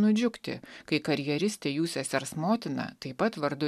nudžiugti kai karjeristė jų sesers motina taip pat vardu